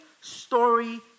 story